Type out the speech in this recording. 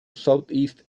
southeast